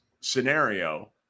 scenario